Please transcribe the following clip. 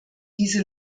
diese